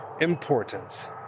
importance